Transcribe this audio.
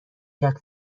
کرد